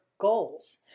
goals